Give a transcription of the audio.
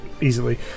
easily